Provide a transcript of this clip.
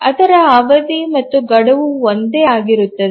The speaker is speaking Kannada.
ಅದರ ಅವಧಿ ಮತ್ತು ಗಡುವು ಒಂದೇ ಆಗಿರುತ್ತದೆ